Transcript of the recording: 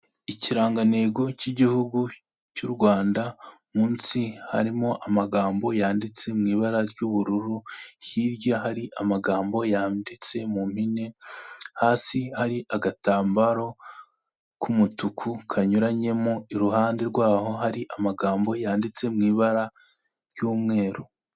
Ikirangantego cy'igihugu cy'u Rwanda munsi harimo amagambo yanditse mu ibara ry'ubururu, hirya hari amagambo yanditse mu mpine, hasi hari agatambaro k'umutuku kanyuranyemo, iruhande rwaho hari amagambo yanditse mu ibara ry'umweru.